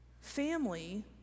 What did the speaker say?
Family